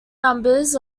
numbers